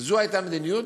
זו הייתה המדיניות,